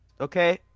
Okay